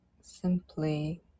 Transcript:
simply